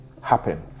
happen